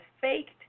faked